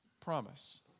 promise